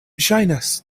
ŝajnas